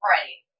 Right